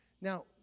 Now